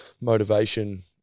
motivation